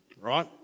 right